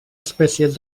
espècies